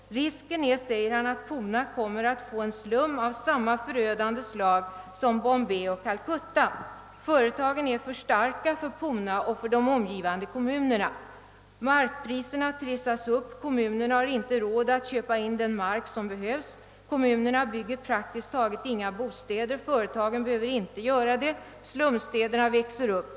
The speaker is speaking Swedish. Risken är, säger han, att Poona kommer att få en slum av samma förödande slag som Bombay och Calcutta. Företagen är för starka för Poona och för de omgivande kommunerna. Markpriserna trissas upp, kommunerna har inte råd att köpa in den mark som behövs. Kommunerna bygger praktiskt taget inga bostäder. Företagen behöver inte göra det. Slumstäderna växer upp.